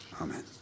Amen